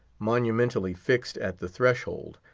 monumentally fixed at the threshold,